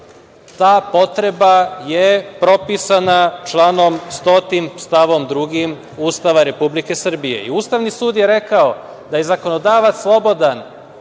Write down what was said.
ta potreba je propisana članom 100. stav 2. Ustava Republike Srbije. Ustavni sud je rekao da je zakonodavac slobodan